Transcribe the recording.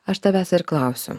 aš tavęs ir klausiu